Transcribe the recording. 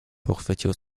pochwycił